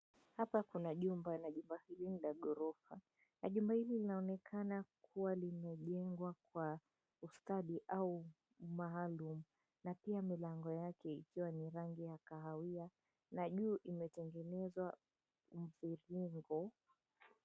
Hapa kuna jumba na jumba hili ni la ghorofa, na jumba hili linaonekana kuwa limejengwa kwa ustadi au umaalum na pia milango yake ikiwa ni rangi ya kahawia na juu imetengenezwa mviringo.